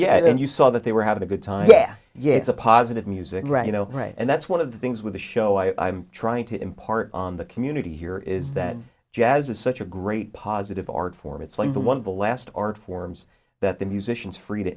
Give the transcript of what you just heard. yeah and you saw that they were having a good time yeah yeah it's a positive music right you know right and that's one of the things with the show i am trying to impart on the community here is that jazz is such a great positive art form it's like the one of the last art forms that the musicians free to